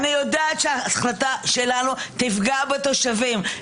אני יודעת שההחלטה שלנו תפגע בתושבים.